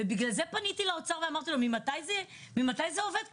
ובגלל זה פניתי לאוצר ושאלתי ממתי זה עובד ככה.